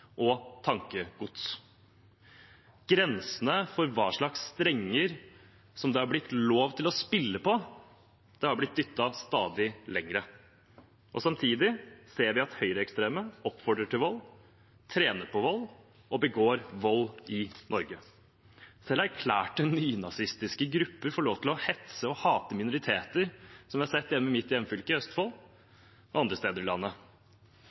og tankegods. Grensene for hva slags strenger det er blitt lov å spille på, har blitt flyttet stadig lenger. Samtidig ser vi at høyreekstreme oppfordrer til vold, trener på vold og begår vold i Norge. Selv erklærte nynazistiske grupper får lov til å hetse og hate minoriteter, slik vi har sett i mitt hjemfylke, Østfold, og andre steder i landet.